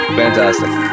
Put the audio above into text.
fantastic